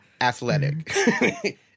athletic